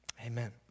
Amen